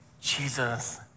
Jesus